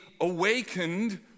awakened